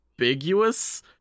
ambiguous